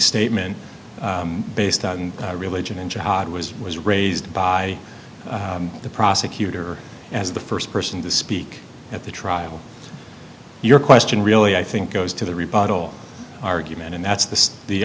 statement based on religion and jihad was raised by the prosecutor as the first person to speak at the trial your question really i think goes to the rebuttal argument and that's the the